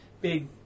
big